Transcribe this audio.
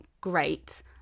great